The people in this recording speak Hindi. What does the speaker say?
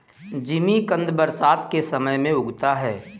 जिमीकंद बरसात के समय में उगता है